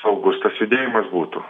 saugus tas judėjimas būtų